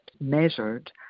measured